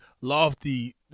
lofty